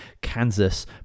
Kansas